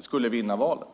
skulle vinna valet?